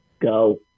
go